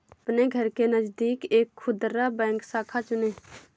अपने घर के नजदीक एक खुदरा बैंक शाखा चुनें